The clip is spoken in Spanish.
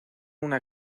una